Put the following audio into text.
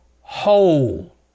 whole